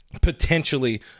potentially